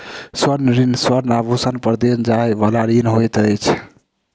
स्वर्ण ऋण स्वर्ण आभूषण पर देल जाइ बला ऋण होइत अछि